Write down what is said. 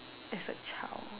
as a child